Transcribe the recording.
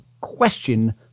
question